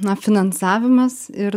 na finansavimas ir